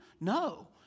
No